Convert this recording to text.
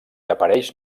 apareix